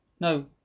No